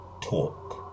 talk